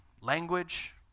language